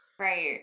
Right